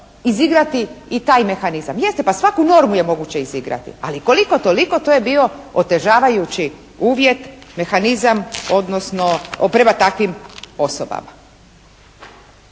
izigrati i taj mehanizam. Jeste, pa svaku normu je moguće izigrati. Ali koliko toliko to je bio otežavajući uvjet, mehanizam odnosno prema takvim osobama.